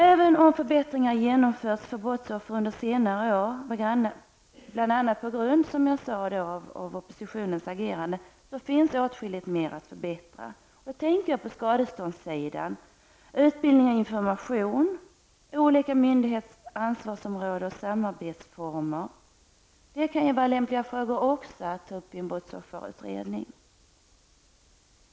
Även om förbättringar för brottsoffer genomförts under senare år, som jag sade bl.a. på grund av oppositionens agerande, finns åtskilligt mer att förbättra. Jag tänker på skadeståndssidan, utbildning och information. Olika myndigheters ansvarsområde och samarbetsformer kan också vara lämpliga frågor att se över i en brottsofferutredning.